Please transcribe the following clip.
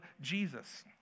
Jesus